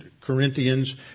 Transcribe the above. Corinthians